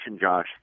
Josh